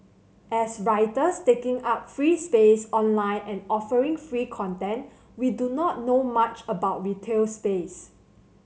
as writers taking up free space online and offering free content we do not know much about retail space